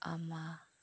ꯑꯃ